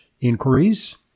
inquiries